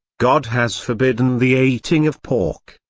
god has forbidden the eating of pork.